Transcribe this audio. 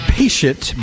patient